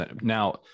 now